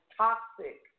toxic